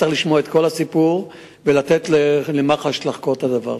צריך לשמוע את כל הסיפור ולתת למח"ש לחקור את הדבר.